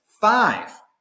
five